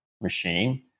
machine